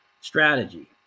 strategy